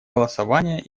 голосования